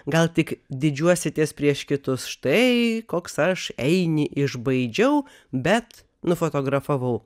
gal tik didžiuositės prieš kitus štai koks aš einį išbaidžiau bet nufotografavau